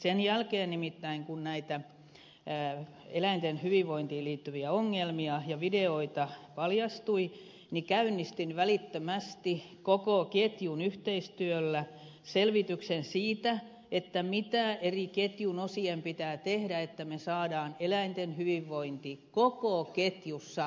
sen jälkeen nimittäin kun näitä eläinten hyvinvointiin liittyviä ongelmia ja videoita paljastui käynnistin välittömästi koko ketjun yhteistyöllä selvityksen siitä mitä eri ketjun osien pitää tehdä että me saamme eläinten hyvinvoinnin koko ketjussa toimintatavaksi